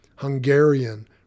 Hungarian